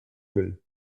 will